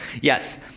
Yes